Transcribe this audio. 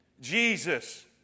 Jesus